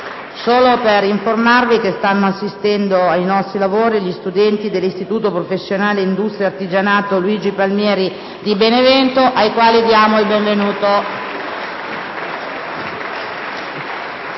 vi informo che stanno assistendo ai nostri lavori gli studenti dell'Istituto professionale per l'industria e l'artigianato «Luigi Palmieri» di Benevento, ai quali diamo il benvenuto.